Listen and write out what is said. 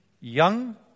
young